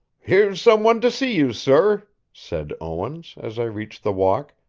here's some one to see you, sir, said owens, as i reached the walk,